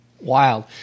Wild